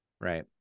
right